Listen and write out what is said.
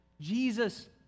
Jesus